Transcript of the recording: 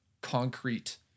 concrete